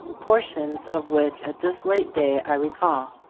portions of which at this late day i recall.